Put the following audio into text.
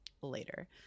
later